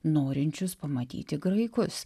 norinčius pamatyti graikus